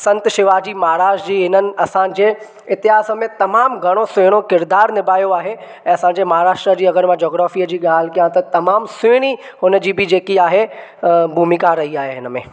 संत शिवाजी महाराज जी हिननि असांजे इतिहास में तमामु घणो सुहिणो किरदार निभायो आहे ऐं असांजे महाराष्ट्र जी अगरि मां जोग्राफीअ जी ॻाल्हि कयां त तमामु सुहिणी हुनजी बि जेकी आहे भूमिका रही आहे हिन में